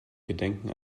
gedenken